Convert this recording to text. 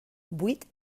buit